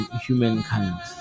humankind